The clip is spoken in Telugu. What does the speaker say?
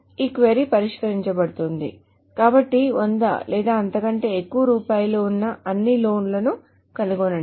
ఈ క్వరీ పరిష్కరింపబడుతుంది కాబట్టి 100 లేదా అంతకంటే ఎక్కువ రూపాయలు ఉన్న అన్నిలోన్ లను కనుగొనండి